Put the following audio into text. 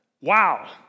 Wow